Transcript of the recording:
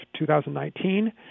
2019